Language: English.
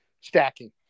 stacking